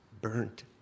burnt